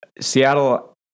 seattle